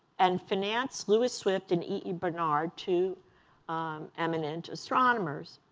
and finance lewis swift and e e. bernard, two eminent astronomers.